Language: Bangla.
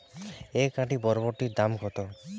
এক আঁটি বরবটির দাম কত?